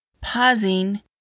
Pausing